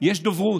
יש דוברות.